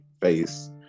face